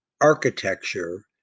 architecture